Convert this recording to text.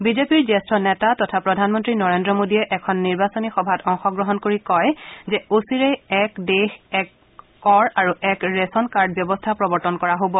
বিজেপিৰ জ্যেষ্ঠ নেতা তথা প্ৰধানমন্ত্ৰী নৰেদ্ৰ মোদীয়ে এখন নিৰ্বাচনী সভাত অংশগ্ৰহণ কৰি কয় যে অচিৰেই এক দেশ এক কৰ আৰু এক ৰেচন কাৰ্ড ব্যৱস্থা প্ৰবৰ্তন কৰা হব